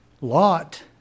Lot